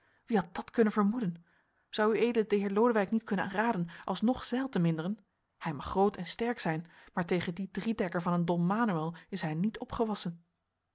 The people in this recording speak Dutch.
wie had dat kunnen vermoeden zou ued den heer lodewijk niet kunnen raden alsnog zeil te minderen hij mag groot en sterk zijn maar tegen dien driedekker van een don manoël is hij niet opgewassen